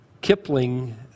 Kipling